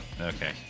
Okay